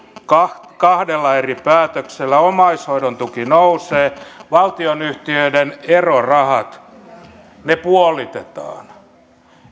kahdella kahdella eri päätöksellä omaishoidon tuki nousee valtionyhtiöiden erorahat puolitetaan